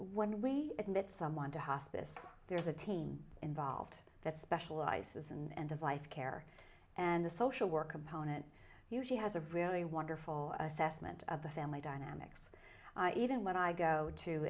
when we admit someone to hospice there's a team involved that specializes in end of life care and the social work opponent usually has a really wonderful assessment of the family dynamics even when i go to